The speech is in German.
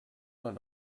man